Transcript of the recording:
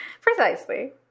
Precisely